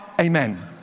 amen